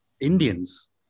Indians